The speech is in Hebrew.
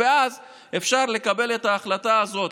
ואז אפשר לקבל את ההחלטה הזאת